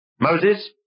Moses